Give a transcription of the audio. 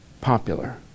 popular